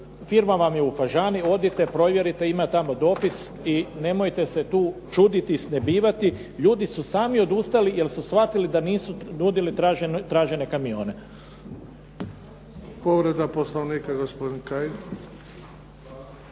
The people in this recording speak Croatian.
firma vam je u Fažani, odite provjerite, ima tamo dopis i nemojte se tu čuditi, snebivati. Ljudi su sami odustali jer su shvatili da nisu nudili tražene kamione. **Bebić, Luka (HDZ)** Povreda Poslovnika gospodin Kajin.